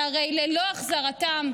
והרי ללא החזרתם,